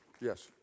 yes